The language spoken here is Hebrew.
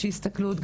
הסתכלות מיוחדת,